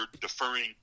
deferring